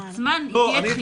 עצמן יהיה דחייה.